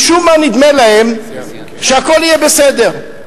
משום מה נדמה להם שהכול יהיה בסדר.